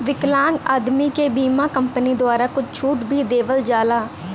विकलांग आदमी के बीमा कम्पनी द्वारा कुछ छूट भी देवल जाला